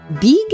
big